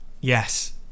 yes